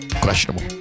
questionable